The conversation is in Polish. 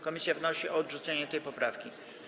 Komisja wnosi o odrzucenie tej poprawki.